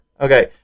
okay